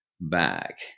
back